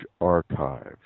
Archives